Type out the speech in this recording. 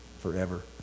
forever